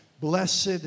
blessed